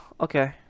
okay